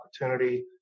opportunity